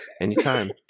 anytime